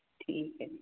ਠੀਕ ਹੈ ਜੀ